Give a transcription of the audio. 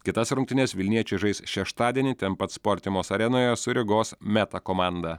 kitas rungtynes vilniečiai žais šeštadienį ten pat sportimos arenoje su rygos meta komanda